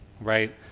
Right